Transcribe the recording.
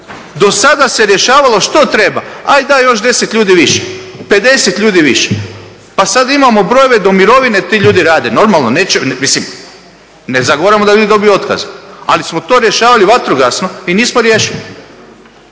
do sada se rješavalo što treba, ajd daj još deset ljudi više, pedeset ljudi više, pa sad imamo brojeve, do mirovine ti ljudi, normalno, mislim ne zagovaramo da ljudi dobiju otkaz, ali smo to rješavali vatrogasno i nismo riješili.